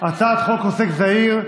הצעת חוק עוסק זעיר,